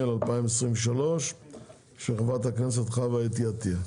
התשפ"ג-2023 של חברת הכנסת חוה אתי עטיה.